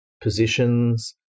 positions